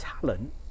talent